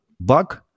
bug